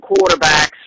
quarterbacks